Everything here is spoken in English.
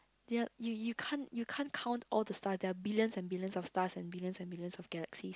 ya you you can't you can't count all the star there are billions and billions of stars and billions and billions of galaxy